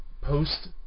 post